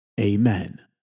Amen